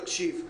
תקשיב,